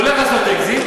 הוא הולך לעשות אקזיט,